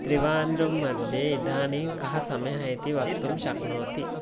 त्रिवाण्ड्रम् मध्ये इदानीं कः समयः इति वक्तुं शक्नोति